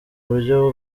buryo